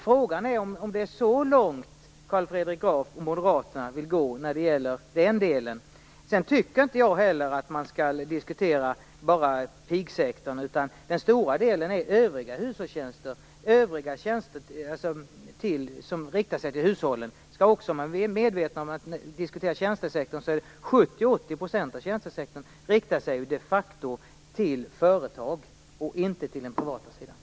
Frågan är om det är så långt Carl Fredrik Graf och Moderaterna vill gå. Jag tycker inte heller att man bara skall diskutera pigsektorn. Den stora delen utgörs av övriga hushållstjänster som riktar sig till hushållen. Man skall också vara medveten om att 70-80 % av tjänstesektorn de facto riktar sig till företag, inte till den privata sektorn.